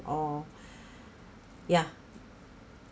orh ya